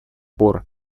пор